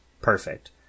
Perfect